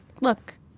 look